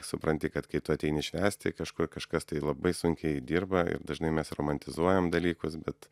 supranti kad kai tu ateini švęsti kažkur kažkas tai labai sunkiai dirba ir dažnai mes romantizuojam dalykus bet